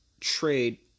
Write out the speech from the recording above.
trade